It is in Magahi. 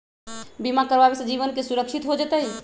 बीमा करावे से जीवन के सुरक्षित हो जतई?